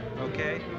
okay